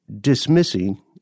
dismissing